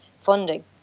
funding